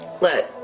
Look